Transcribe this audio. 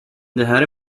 här